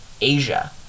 Asia